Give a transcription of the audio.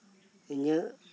ᱤᱧᱟᱹᱜ